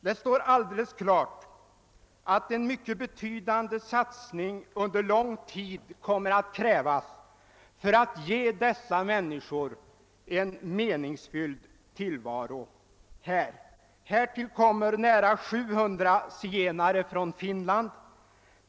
Det står alldeles klart att en mycket betydande satsning under lång tid kommer att krävas för att ge dessa människor en meningsfylld tillvaro här. Vidare tillkommer nära 700 zigenare från Finland.